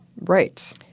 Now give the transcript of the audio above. Right